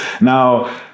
Now